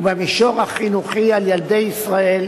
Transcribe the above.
ובמישור החינוכי על ילדי ישראל